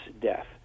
death